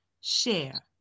Share